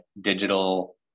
digital